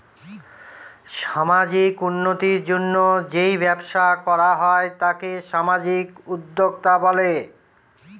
সামাজিক উন্নতির জন্য যেই ব্যবসা করা হয় তাকে সামাজিক উদ্যোক্তা বলে